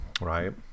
right